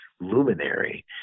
luminary